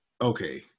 Okay